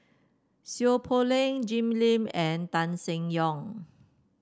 Seow Poh Leng Jim Lim and Tan Seng Yong